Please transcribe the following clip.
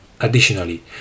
Additionally